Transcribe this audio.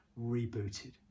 rebooted